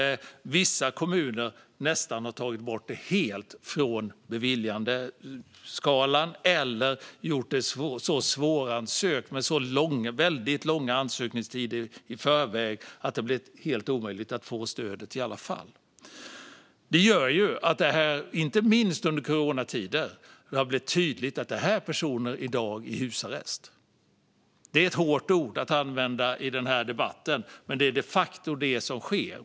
Vissa kommuner har nästan helt tagit bort det från beviljandeskalan eller gjort det så svåransökt med väldigt långa ansökningstider i förväg att det har blivit helt omöjligt att få stödet i alla fall. Det gör att det har blivit tydligt, inte minst nu i coronatider, att de här personerna sitter i husarrest. Det är ett hårt ord att använda i den här debatten, men det är de facto det som sker.